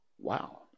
Wow